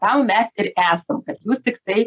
tau mes ir esam kad jūs tiktai